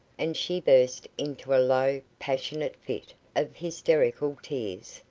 and she burst into a low, passionate fit of hysterical tears.